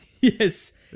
Yes